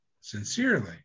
sincerely